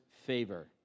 favor